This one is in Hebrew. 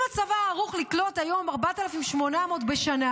אם הצבא ערוך לקלוט היום 4,800 בשנה,